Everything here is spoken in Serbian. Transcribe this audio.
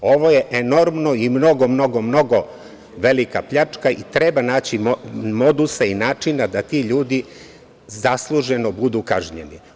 Ovo je enormno i mnogo velika pljačka i treba naći moduse i načina da ti ljudi zasluženo budu kažnjeni.